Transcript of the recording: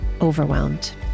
overwhelmed